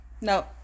No